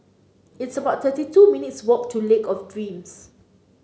it's about thirty two minutes' walk to Lake of Dreams